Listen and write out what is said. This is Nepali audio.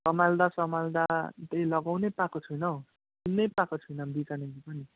सम्हाल्दा सम्हाल्दा केही लगाउनै पाएको छुइनँ हौ कुनै पाएको छुइनँ बिजनहरू पनि